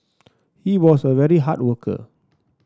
he was a very hard worker